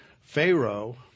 Pharaoh